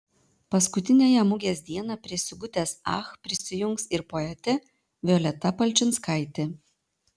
paskutiniąją mugės dieną prie sigutės ach prisijungs ir poetė violeta palčinskaitė